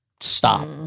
Stop